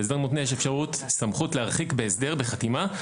בהסדרת מותנה יש סמכות להרחיק בהסדר בחתימה.